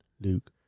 Luke